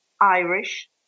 Irish